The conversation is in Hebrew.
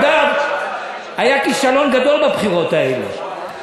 אגב, היה כישלון גדול בבחירות האלה.